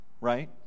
right